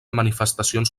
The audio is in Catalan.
manifestacions